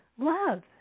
love